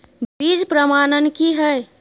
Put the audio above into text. बीज प्रमाणन की हैय?